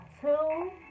two